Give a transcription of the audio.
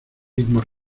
ritmo